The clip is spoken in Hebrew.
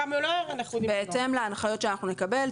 כמה לא --- בהתאם להנחיות שאנחנו נקבל.